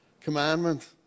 commandment